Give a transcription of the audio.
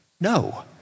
No